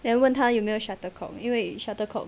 then 问他有没有 shuttlecock 因为 shuttlecock